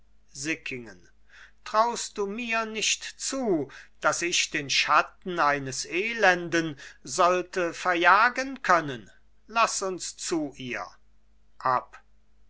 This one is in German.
sickingen traust du mir nicht zu daß ich den schatten eines elenden sollte verjagen können laß uns zu ihr